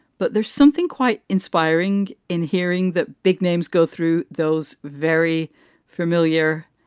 but there's something quite inspiring in hearing that big names go through those very familiar,